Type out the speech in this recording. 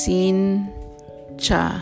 Sincha